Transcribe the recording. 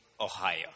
Ohio